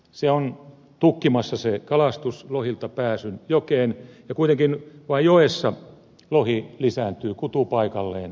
se kalastus on tukkimassa lohilta pääsyn jokeen ja kuitenkin vaan joessa lohi lisääntyy kutupaikalleen päästyään